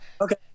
okay